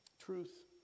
truth